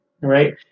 right